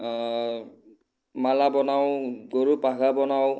মালা বনাওঁ গৰু পঘা বনাওঁ